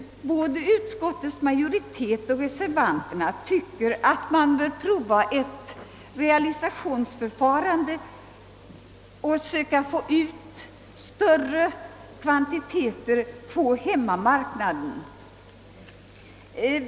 Både utskottets majoritet och reservanterna tycker att man bör pröva ett realisationsförfarande och därmed försöka få ut större kvantiteter på hemmamarknaden.